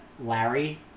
Larry